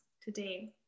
today